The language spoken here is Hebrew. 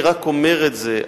אני רק אומר את זה,